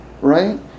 Right